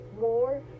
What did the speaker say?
more